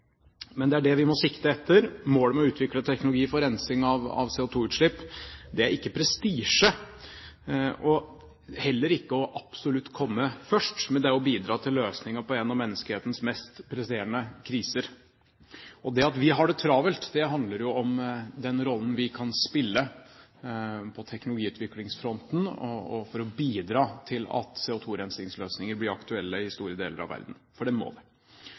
Men det er det vi må sikte etter. Målet med å utvikle teknologi for rensing av CO2-utslipp er ikke prestisje og heller ikke absolutt å komme først, men det er å bidra til løsninger på en av menneskehetens mest presserende kriser. Det at vi har det travelt, handler jo om den rollen vi kan spille på teknologiutviklingsfronten, og for å bidra til at CO2-rensingsløsninger blir aktuelle i store deler av verden – for det må det.